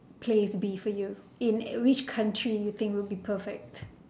place be for you in a which country do you think will be perfect